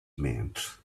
meant